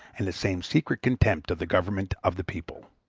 and the same secret contempt of the government of the people.